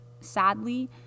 Sadly